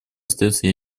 остается